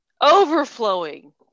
overflowing